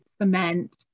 cement